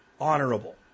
honorable